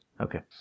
Okay